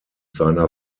seiner